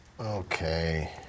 Okay